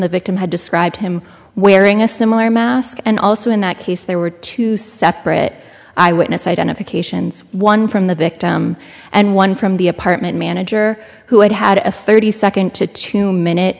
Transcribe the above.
the victim had described him wearing a similar mask and also in that case there were two separate eyewitness identifications one from the victim and one from the apartment manager who had had a thirty second to two minute